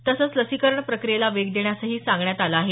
तसंच लसीकरण प्रक्रियेला वेग देण्यासही सांगण्यात आलं आहे